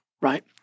right